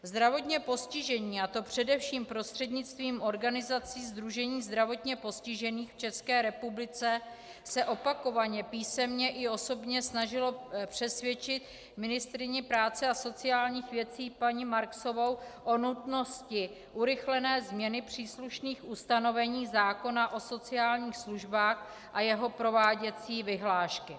Zdravotně postižení, a to především prostřednictvím organizace Sdružení zdravotně postižených v České republice, se opakovaně písemně i osobně snažili přesvědčit ministryni práce a sociálních věcí paní Marksovou o nutnosti urychlené změny příslušných ustanovení zákona o sociálních službách a jeho prováděcí vyhlášky.